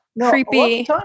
Creepy